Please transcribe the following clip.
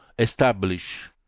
establish